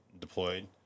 deployed